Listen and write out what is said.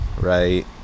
right